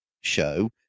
show